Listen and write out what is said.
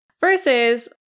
Versus